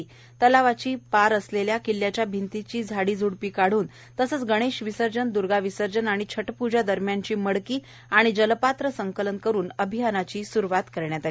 आज तलावाची पार असलेल्या किल्ल्याच्या भिंतीचे झाडी झुडपे काढून तसेच गणेश विसर्जन दर्गा विसर्जन आणि छटप्जा दरम्यानची मडकी आणि जलपात्र संकलन करित अभियानाची स्रूवात करण्यात आली